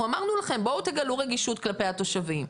אמרנו לכם 'בואו תגלו רגישות כלפי התושבים,